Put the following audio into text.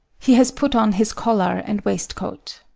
he has put on his collar and waistcoat.